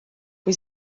kui